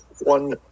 one